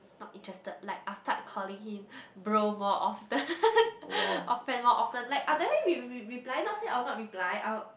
not interested like I will start calling him bro more often or friend more often like I'll definitely reply not said I will not reply I will